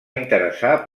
interessar